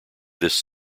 this